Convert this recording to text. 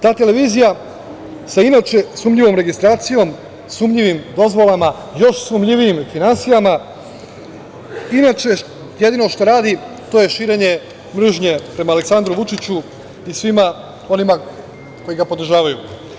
Ta televizija sa inače sumnjivom registracijom, sumnjivim dozvolama, još sumnjivijim finansijama, inače jedino što radi to je širenje mržnje prema Aleksandru Vučiću i svima onima koji ga podržavaju.